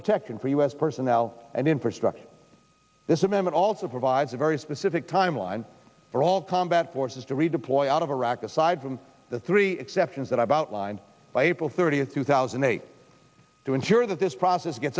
protection for us personnel and infrastructure this amendment also provides a very specific timeline for all combat forces to redeploy out of iraq aside from the three exceptions that about lined by april thirtieth two thousand and eight to ensure that this process get